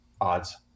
odds